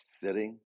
sitting